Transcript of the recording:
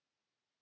Kiitos.